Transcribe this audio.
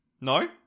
no